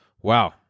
Wow